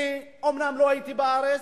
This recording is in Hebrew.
אני אומנם לא הייתי בארץ,